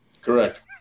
Correct